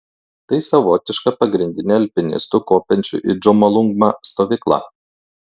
tai savotiška pagrindinė alpinistų kopiančių į džomolungmą stovykla